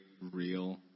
real